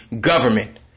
government